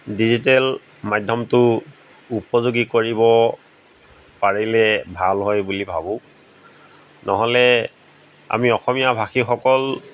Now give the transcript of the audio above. digital মাধ্যমটো উপযোগী কৰিব পাৰিলে ভাল হয় বুলি ভাবো নহ'লে আমি অসমীয়া ভাষীসকল